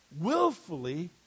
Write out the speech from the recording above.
willfully